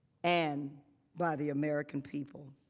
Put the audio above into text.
and by the american people.